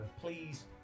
Please